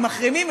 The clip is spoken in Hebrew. מחרימים,